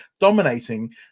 dominating